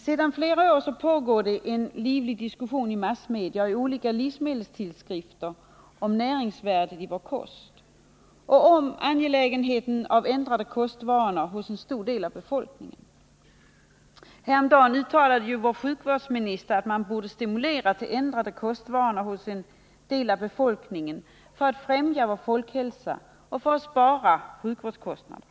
Sedan flera år tillbaka pågår en livlig diskussion i massmedia och i olika livsmedelstidskrifter om näringsvärdet i vår kost och om angelägenheten av ändrade kostvanor hos en stor del av befolkningen. Häromdagen uttalade sjukvårdsministern att man borde stimulera en stor del av befolkningen till ändrade kostvanor för att på det sättet främja vår folkhälsa och för att minska sjukvårdskostnaderna.